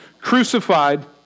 crucified